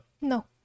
No